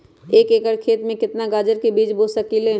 एक एकर खेत में केतना गाजर के बीज बो सकीं ले?